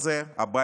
הבית שלי,